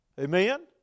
Amen